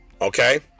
okay